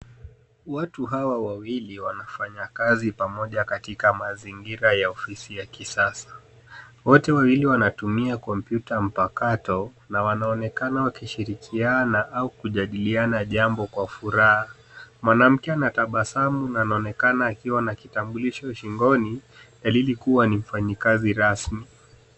Watu hawa wawili wanafanya kazi pamoja katika mazingira ya ofisi ya kisasa. Wote wawili wanatumia kompyuta mpakato na wanaonekana wakishirikiana au kujadiliana jambo kwa furaha. Mwanamke anatabasamu na anaonekana akiwa na kitambulisho shingoni dalili kuwa ni mfanyikazi rasmi.